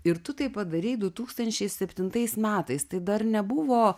ir tu tai padarei du tūkstančiai septintais metais tai dar nebuvo